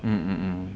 mm mm mm